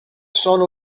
sono